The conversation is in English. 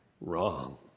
wrong